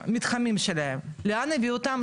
מהמתחמים שלהם, לאן הביאו אותם?